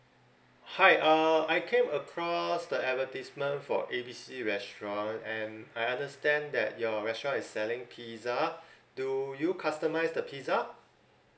hi uh I came across the advertisement for A B C restaurant and I understand that your restaurant is selling pizza do you customise the pizza